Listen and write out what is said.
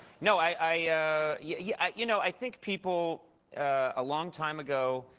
no, i yeah you know i think people a long time ago,